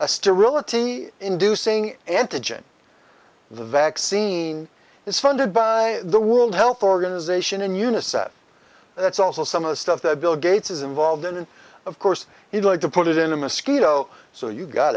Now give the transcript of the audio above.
sterility inducing antigen the vaccine is funded by the world health organization and unicef that's also some of the stuff that bill gates is involved in and of course he'd like to put it in a mosquito so you got